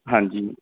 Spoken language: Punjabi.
ਹਾਂਜੀ